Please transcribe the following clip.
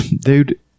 Dude